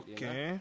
Okay